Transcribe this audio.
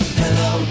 hello